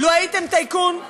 לו הייתם טייקון,